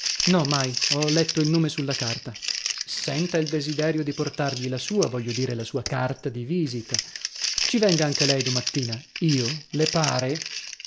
no mai ho letto il nome sulla carta senta il desiderio di portargli la sua voglio dire la sua carta di visita ci venga anche lei domattina io le pare